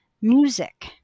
music